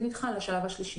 ולכן, זה נדחה לשלב השלישי.